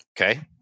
Okay